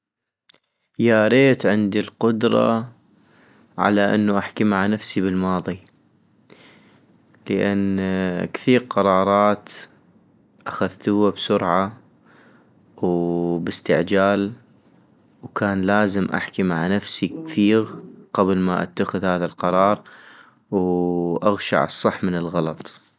يا ريت عندي القدرة على أنو احكي مع نفسي بالماضي - لان كثيغ قرارات اخذتوها بسرعة وباستعجال وكان لازم احكي مع نفسي كثيغ قبل ما اتخذ هذا القرار واغشع الصح من الغلط